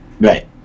Right